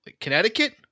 Connecticut